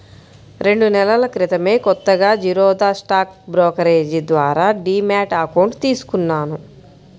రెండు నెలల క్రితమే కొత్తగా జిరోదా స్టాక్ బ్రోకరేజీ ద్వారా డీమ్యాట్ అకౌంట్ తీసుకున్నాను